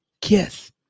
Kiss